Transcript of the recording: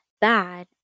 bad